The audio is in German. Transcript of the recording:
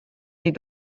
die